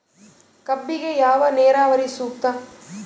ಕಬ್ಬಿಗೆ ಯಾವ ನೇರಾವರಿ ಸೂಕ್ತ?